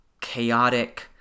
chaotic